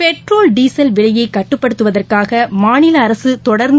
petrol diesel விலையைகட்டுப்படுத்துவதற்காகமாநிலஅரசுதொடர்ந்து